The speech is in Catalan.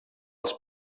els